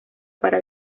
para